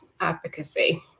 advocacy